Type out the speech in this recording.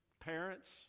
parents